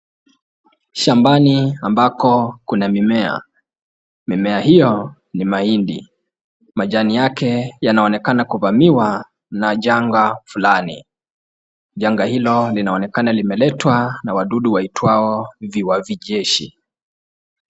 Shambani ambako kuna mimea. Mimea hiyo ni mahindi. Majani yake yanaonekana kuvamiwa na janga fulani. Janga hilo linaonekana limeletwa na wadudu waitwao viwavi jeshi.